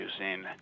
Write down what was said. using